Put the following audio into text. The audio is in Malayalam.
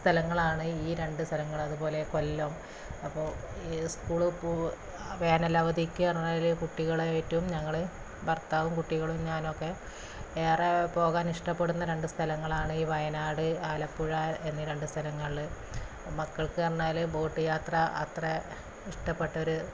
സ്ഥലങ്ങളാണ് ഈ രണ്ട് സ്ഥലങ്ങള് അതുപോലെ കൊല്ലം അപ്പം ഈ സ്കൂള് വേനലവധിക്ക് പറഞ്ഞാല് കുട്ടികളുമായിട്ടും ഞങ്ങള് ഭർത്താവും കുട്ടികളും ഞാനൊക്കെ ഏറെ പോകാൻ ഇഷ്ടപ്പെടുന്ന രണ്ട് സ്ഥലങ്ങളാണ് ഈ വയനാട് ആലപ്പുഴ എന്നീ രണ്ട് സ്ഥലങ്ങള് മക്കൾക്ക് പറഞ്ഞാല് ബോട്ട് യാത്ര അത്ര ഇഷ്ടപ്പെട്ടൊരു